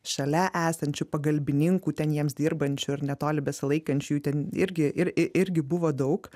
šalia esančių pagalbininkų ten jiems dirbančių ir netoli besilaikančiųjų ten irgi ir i irgi buvo daug